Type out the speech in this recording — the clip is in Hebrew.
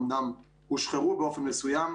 אומנם הם הושחרו באופן מסוים,